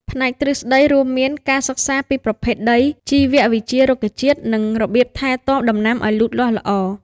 ផ្នែកទ្រឹស្តីរួមមានការសិក្សាពីប្រភេទដី ជីវវិទ្យារុក្ខជាតិ និងរបៀបថែទាំដំណាំឱ្យលូតលាស់ល្អ។